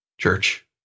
church